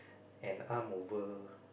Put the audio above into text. an arm over